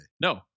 No